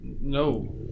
No